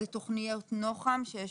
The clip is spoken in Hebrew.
זה תוכניות נוח"מ שיש